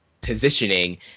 positioning